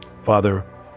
father